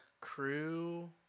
crew